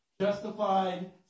Justified